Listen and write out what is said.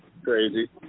Crazy